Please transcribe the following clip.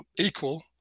equal